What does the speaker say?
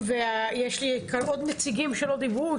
יש לי כאן עוד נציגים שלא דיברו,